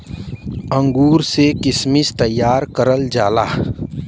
अंगूर से किशमिश तइयार करल जाला